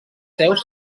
seus